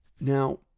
now